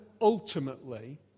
ultimately